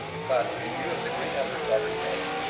but, in view of the great efforts already made,